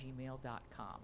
gmail.com